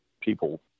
people